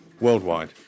worldwide